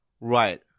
Right